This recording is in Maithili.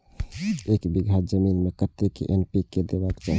एक बिघा जमीन में कतेक एन.पी.के देबाक चाही?